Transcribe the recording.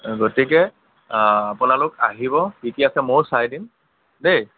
গতিকে আপোনালোক আহিব কি কি আছে ময়ো চাই দিম দেই